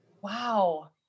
wow